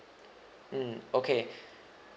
mm okay